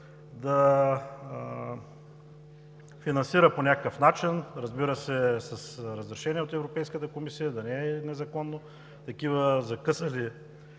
да финансира по някакъв начин, разбира се, с разрешение от Европейската комисия, да не е незаконно, такива закъсали